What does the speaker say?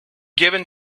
given